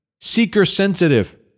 Seeker-sensitive